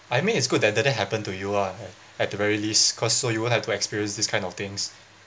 I mean it's good that that happen to you ah at the very least cause so you won't have to experience this kind of things